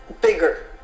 bigger